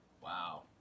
Wow